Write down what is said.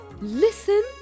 Listen